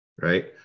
right